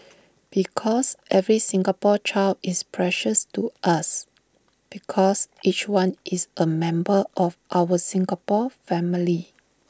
because every Singapore child is precious to us because each one is A member of our Singapore family